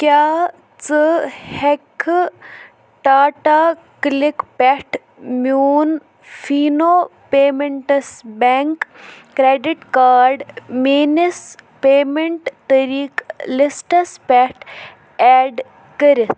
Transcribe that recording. کیٛاہ ژٕ ہٮ۪ککھٕ ٹاٹا کٕلِک پٮ۪ٹھ میون فیٚنو پیمیٚنٛٹس بیٚنٛک کرٛیٚڈِٹ کارڈ میٛٲنِس پیمٮ۪نٛٹ طٔریٖقہٕ لِسٹَس پٮ۪ٹھ ایڈ کٔرِتھ